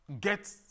get